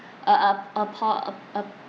a a a po~ ap~ ap~